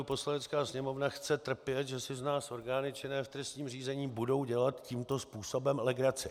Poslanecká sněmovna chce trpět, že si z nás orgány činné v trestním řízení budou dělat tímto způsobem legraci.